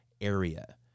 area